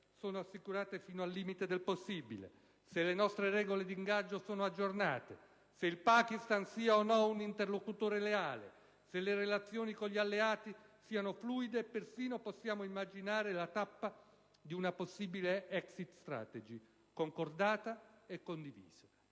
sono assicurate fino al limite del possibile, se le nostre regole d'ingaggio sono aggiornate, se il Pakistan sia o no un interlocutore leale, se le relazioni con gli alleati siano fluide e persino possiamo immaginare le tappe di una possibile *exit strategy*, concordata e condivisa.